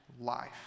life